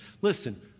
Listen